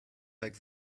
back